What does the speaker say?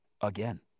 again